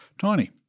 Tiny